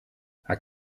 haar